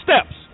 steps